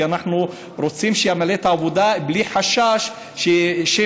כי אנחנו רוצים שימלא את העבודה בלי חשש שמא,